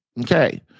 Okay